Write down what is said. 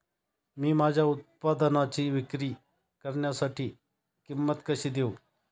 मी माझ्या उत्पादनाची विक्री करण्यासाठी किंमत कशी देऊ?